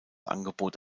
angebot